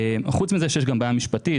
חוץ מזה שיש גם בעיה משפטית,